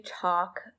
talk